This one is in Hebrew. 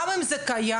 גם אם זה קיים,